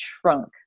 shrunk